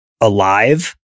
alive